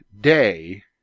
day